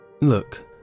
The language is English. Look